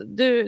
du